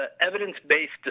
evidence-based